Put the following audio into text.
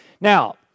Now